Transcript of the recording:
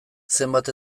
zenbat